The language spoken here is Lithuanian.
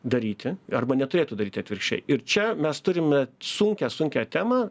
daryti arba neturėtų daryti atvirkščiai ir čia mes turime sunkią sunkią temą